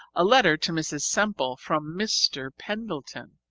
a letter to mrs. semple from mr. pendleton.